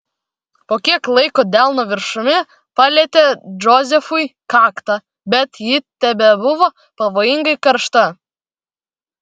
po kiek laiko delno viršumi palietė džozefui kaktą bet ji tebebuvo pavojingai karšta